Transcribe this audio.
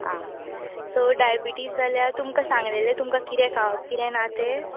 आं सो डायबिटीज जाल्यार तुमकां सांगलेले तुमकां कितें खांवप कितें ना तें